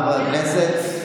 חברי הכנסת,